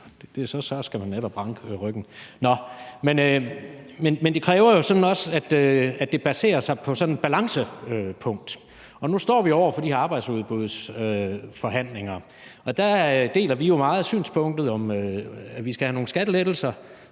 men så skal man netop ranke ryggen, men det kræver også, at det baserer sig på sådan et balancepunkt. Nu står vi over for de her arbejdsudbudsforhandlinger, og der deler vi jo meget synspunktet om, at vi skal have nogle skattelettelser